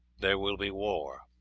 there will be war.